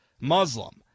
Muslim